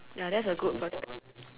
ya that's a good perspect~